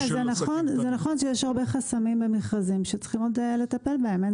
זה נכון שיש הרבה חסמים במכרזים שצריכים עוד לטפל בהם.